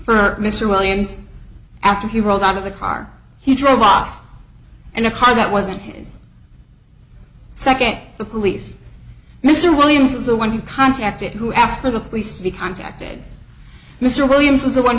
for mr williams after he rolled out of the car he drove off in a car that wasn't his second the police mr williams was the one who contacted who asked for the police to be contacted mr williams was the one